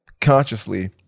consciously